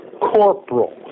Corporal